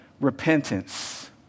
repentance